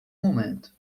momento